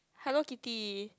Hello-Kitty